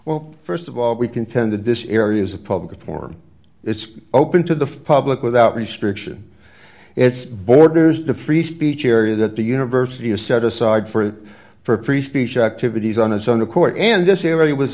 well st of all we contend that this is areas of public form it's open to the public without restriction its borders the free speech area that the university has set aside for that for free speech activities on its own accord and this area was